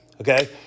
Okay